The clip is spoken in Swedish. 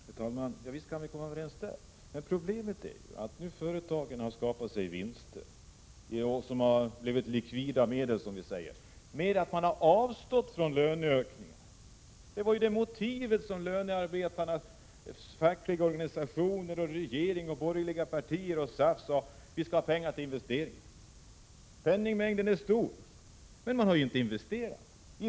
Herr talman! Ja, visst kan vi komma överens på den punkten. Men problemet är att företagen har skapat sig vinster, eller likvida medel, som man säger, genom att lönarbetarna har avstått från löneökningar. Det var ju det motivet som deras fackliga organisationer, regeringen, de borgerliga partierna och SAF framförde. Man sade: Vi skall ha pengar till investeringar. Penningmängden är stor, men man har inte investerat.